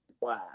Wow